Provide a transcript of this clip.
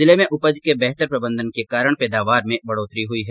जिले में उपज के बेहतर प्रबन्धन के कारण पैदावार में बढ़ोतरी हुई है